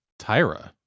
Tyra